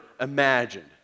imagined